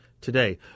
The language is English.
today